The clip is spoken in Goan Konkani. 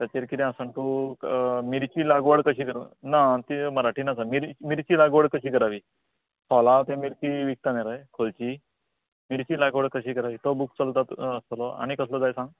ताचेर कितें आसा जाणां तूं मिर्ची लागवड कशी करता ना कितें मराठीन आसा मिर्ची लागवड कशी करावी खोलांत ते मिर्ची विकता न्ही रे खोलची मिर्ची लागवड कशी करावी तो बूक चलता आसतलो आनी कसलो जाय सांग